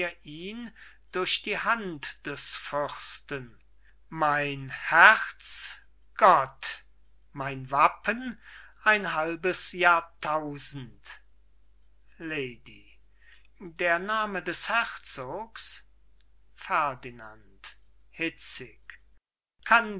ihn durch die hand des fürsten mein herz gott mein wappen ein halbes jahrtausend lady der name des herzogs ferdinand hitzig kann